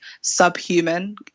subhuman